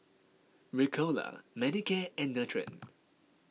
Ricola Manicare and Nutren